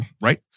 Right